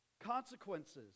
consequences